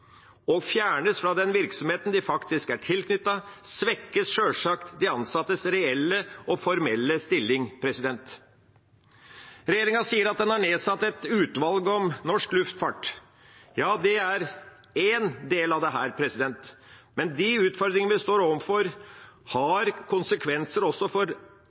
og fjernes fra den virksomheten de faktisk er tilknyttet, svekkes sjølsagt de ansattes reelle og formelle stilling. Regjeringa sier den har nedsatt et utvalg om norsk luftfart. Ja, det er én del av dette. Men de utfordringer vi står overfor, har konsekvenser også for